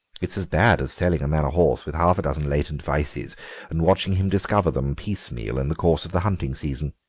it's as bad as selling a man a horse with half a dozen latent vices and watching him discover them piecemeal in the course of the hunting season.